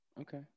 okay